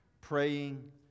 Praying